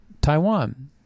Taiwan